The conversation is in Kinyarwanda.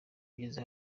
ugeze